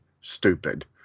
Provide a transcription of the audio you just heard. stupid